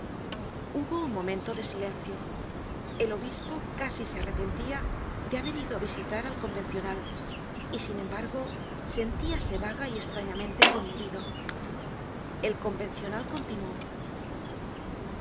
hubo un momento de silencio el obispo casi se arrepentia de haber ido á visitar al convencional y sin embargo sentíase vaga y estrañamente conmovido el convencional continuó ah